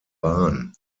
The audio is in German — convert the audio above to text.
bahn